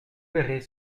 verrez